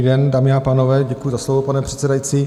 Dobrý den, dámy a pánové, děkuji za slovo, pane předsedající.